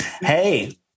Hey